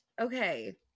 Okay